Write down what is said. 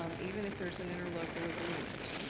um even if there's an interlocal agreement.